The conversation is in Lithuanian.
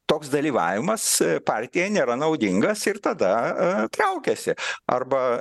toks dalyvavimas partija nėra naudingas ir tada traukiasi arba